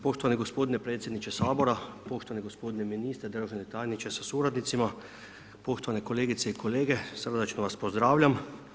Poštovani gospodine predsjedniče Sabora, poštovani gospodine ministre, državni tajniče sa suradnicima, poštovane kolegice i kolege, srdačno vas pozdravljam.